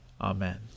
Amen